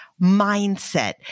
mindset